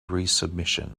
resubmission